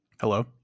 Hello